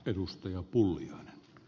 arvoisa puhemies